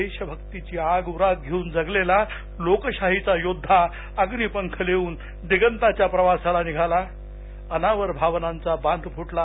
देशभक्तीची आग उरात घेऊन जगलेला लोकशाहीचा योद्वा अग्नीपंख लेऊन दिगंताच्या प्रवासाला निघाला अनावर भावनांचा बांध फुटला